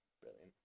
Brilliant